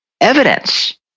evidence